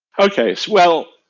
okay. so well,